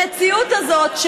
המציאות הזאת,